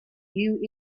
new